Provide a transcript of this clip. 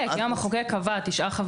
גם אם המחוקק קבע תשעה חברים,